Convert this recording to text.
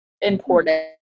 important